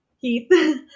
Keith